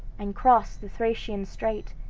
and crossed the thracian strait,